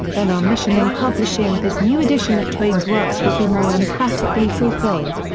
then our mission in publishing this new edition of twain's works will be more emphatically fulfilled.